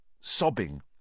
sobbing